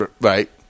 Right